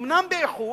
ואומנם באיחור,